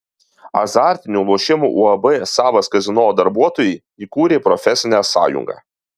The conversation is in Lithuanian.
azartinių lošimų uab savas kazino darbuotojai įkūrė profesinę sąjungą